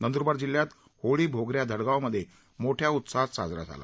नंदूरबार जिल्ह्यात होळी भोगऱ्या धडगावमध्ये मोठ्या उत्साहात साजरा झाला